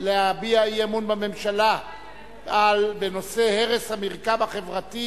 להביע אי-אמון בממשלה בנושא הרס המרקם החברתי